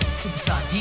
superstar